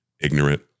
ignorant